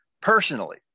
personally